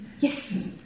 Yes